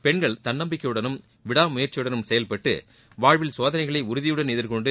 பெண்கள் தன்னம்பிக்கையுடனும் விடாமுயற்சியடனும் செயல்பட்டு வாழ்வில் சோதனைகளை உறுதியுடன் எதிர்கொண்டு